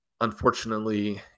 Unfortunately